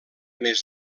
més